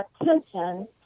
attention